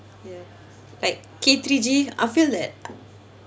ya like K three G I feel that